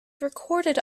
recorded